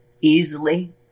easily